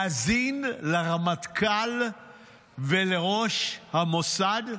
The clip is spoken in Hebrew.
להאזין לרמטכ"ל ולראש המוסד?